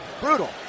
Brutal